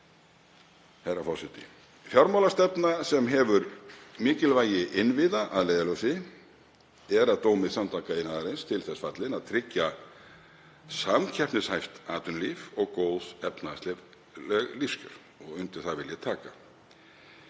Fjármálastefna sem hefur mikilvægi innviða að leiðarljósi er að dómi Samtaka iðnaðarins til þess fallin að tryggja samkeppnishæft atvinnulíf og góð efnahagsleg lífskjör og undir það vil ég taka.